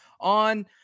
on